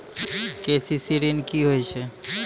KCC ॠन की होय छै?